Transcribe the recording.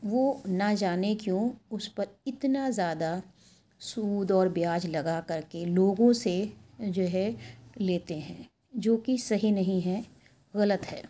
وہ نہ جانے کیوں اس پر اتنا زیادہ سود اور بیاز لگا کر کے لوگوں سے جو ہے لیتے ہیں جو کہ صحیح نہیں ہے غلط ہے